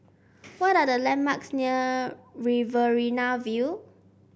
what are the landmarks near Riverina View